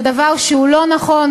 זה דבר לא נכון.